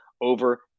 over